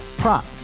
Prop